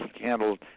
handled